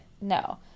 no